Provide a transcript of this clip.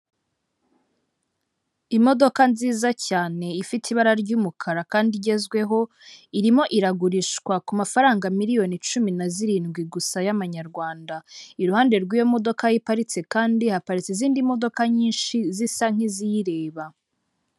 Imodoka nziza cyane ifite ibara ry'umukara kandi igezweho, irimo iragurishwa ku mafaranga miliyoni cumi na zirindwi gusa y'amanyarwanda. Iruhande rw'iyo modoka aho iparitse kandi haparitse izindi modoka nyinshi zisa nkiziyireba.